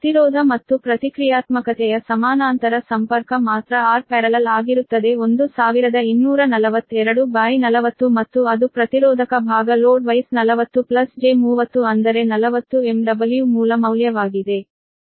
ಪ್ರತಿರೋಧ ಮತ್ತು ಪ್ರತಿಕ್ರಿಯಾತ್ಮಕತೆಯ ಸಮಾನಾಂತರ ಸಂಪರ್ಕ ಮಾತ್ರ Rparallel ಆಗಿರುತ್ತದೆ 124240 ಮತ್ತು ಅದು ಪ್ರತಿರೋಧಕ ಭಾಗ ಲೋಡ್ ವೈಸ್ 40 j 30 ಅಂದರೆ 40 MW ಮೂಲ ಮೌಲ್ಯವಾಗಿದೆ